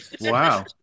Wow